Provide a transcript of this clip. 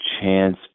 chance